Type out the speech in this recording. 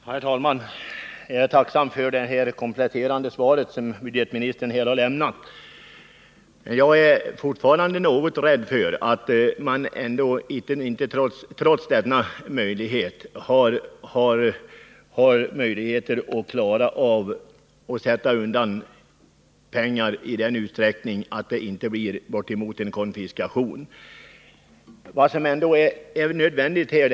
Herr talman! Jag är tacksam för det kompletterande svar som budgetministern har lämnat. Jag är fortfarande något rädd för att man ändå, trots denna möjlighet, inte kan klara av att sätta undan pengar i sådan utsträckning att det inte blir fråga om något som kan liknas vid en konfiskation.